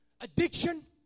Addiction